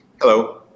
Hello